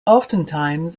oftentimes